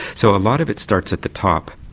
so a lot of it starts at the top.